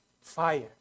fire